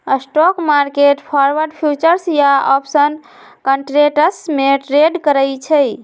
stock market forward, futures या option contracts में trade करई छई